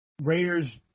Raiders